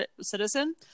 citizen